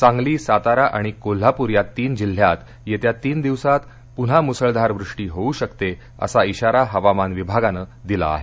सांगली सातारा आणि कोल्हापुर या तीन जिल्ह्यांत येत्या तीन दिवसात पुन्हा मुसळधार वृष्टी होऊ शकते असा इशारा हवामान विभागानं दिला आहे